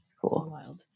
Cool